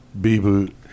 B-Boot